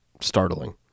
startling